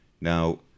Now